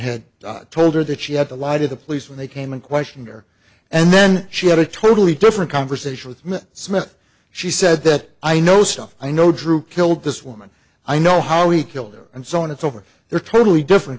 had told her that she had to lie to the police when they came in questionnaire and then she had a totally different conversation with miss smith she said that i know stuff i know drew killed this woman i know how he killed her and so on it's over they're totally different